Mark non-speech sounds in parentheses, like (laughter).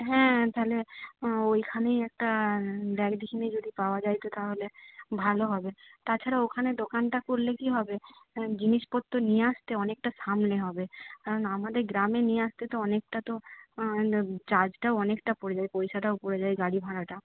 হ্যাঁ তাহলে ওইখানেই একটা দেখ দেখি যদি পাওয়া যায় তো তাহলে ভালো হবে তাছাড়া ওখানে দোকানটা করলে কী হবে জিনিসপত্র নিয়ে আসতে অনেকটা সামনে হবে কারণ আমাদের গ্রামে নিয়ে আসতে তো অনেকটা তো (unintelligible) চার্জটাও অনেকটা পড়ে যায় পয়সাটাও পড়ে যায় গাড়িভাড়াটা